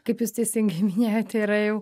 kaip jūs teisingai minėjote yra jau